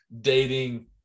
dating